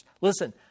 Listen